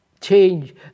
change